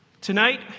Tonight